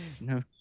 no